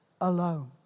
alone